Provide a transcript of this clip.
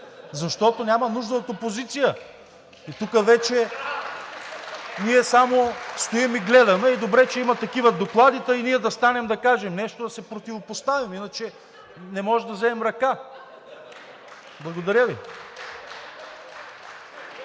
Ръкопляскания от ГЕРБ-СДС.) Тук вече ние само стоим и гледаме. Добре че има такива доклади, та и ние да станем да кажем нещо, да се противопоставим. Иначе не може да вземем ръка. Благодаря Ви.